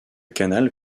canal